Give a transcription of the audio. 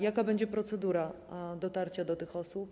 Jaka będzie procedura dotarcia do tych osób?